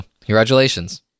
Congratulations